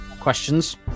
Questions